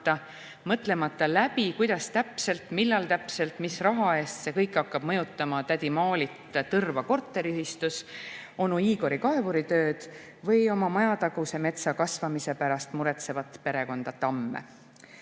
täpselt, millal täpselt ja mis raha eest see kõik hakkab mõjutama tädi Maalit Tõrva korteriühistus, onu Igori kaevuritööd või oma majataguse metsa kasvamise pärast muretsevat perekond Tamme.